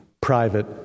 private